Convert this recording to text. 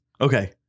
Okay